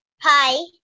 Hi